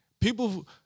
people